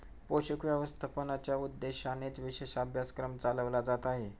पोषक व्यवस्थापनाच्या उद्देशानेच विशेष अभ्यासक्रम चालवला जात आहे